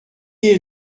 est